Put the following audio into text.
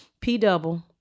P-Double